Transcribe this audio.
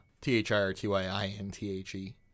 T-H-I-R-T-Y-I-N-T-H-E